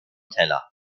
teller